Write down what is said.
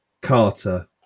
Carter